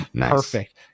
Perfect